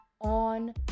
on